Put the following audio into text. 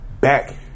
back